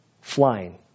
Flying